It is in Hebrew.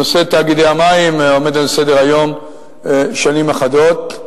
נושא תאגידי המים עומד על סדר-היום שנים אחדות.